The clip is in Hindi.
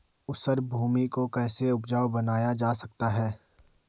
ऊसर भूमि को कैसे उपजाऊ बनाया जा सकता है?